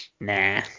Nah